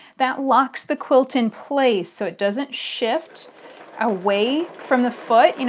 that locks the quilt in place so it doesn't shift away from the foot. you know